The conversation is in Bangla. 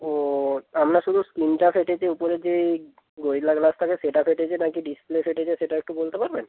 ও আপনার শুধু স্ক্রিনটা ফেটেছে উপরের যে ওই গরিলা গ্লাসটা আছে সেটা ফেটেছে নাকি ডিসপ্লে ফেটেছে সেটা একটু বলতে পারবেন